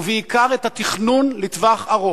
ובעיקר את התכנון לטווח ארוך,